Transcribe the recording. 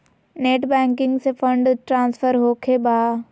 Net banking से fund transfer होखें बा?